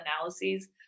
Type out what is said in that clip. analyses